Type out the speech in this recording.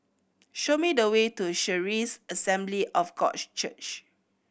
show me the way to Charis Assembly of God Church